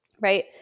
right